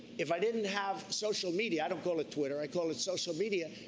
if i didn't have social media, i don't call it twitter, i call it social media,